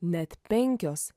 net penkios